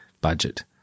budget